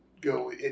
go